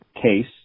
CASE